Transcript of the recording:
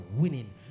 winning